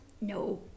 No